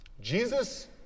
Jesus